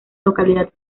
localidad